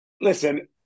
Listen